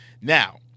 Now